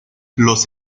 los